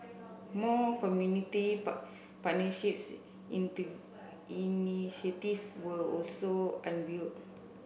more community partnerships into initiative were also unveil